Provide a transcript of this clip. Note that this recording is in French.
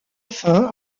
fin